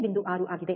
6 ಆಗಿದೆ